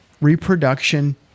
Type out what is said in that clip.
reproduction